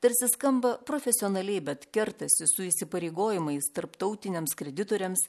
tarsi skamba profesionaliai bet kertasi su įsipareigojimais tarptautiniams kreditoriams